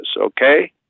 Okay